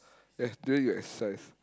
yes during your exercise